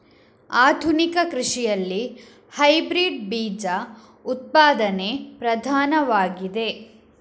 ಆಧುನಿಕ ಕೃಷಿಯಲ್ಲಿ ಹೈಬ್ರಿಡ್ ಬೀಜ ಉತ್ಪಾದನೆ ಪ್ರಧಾನವಾಗಿದೆ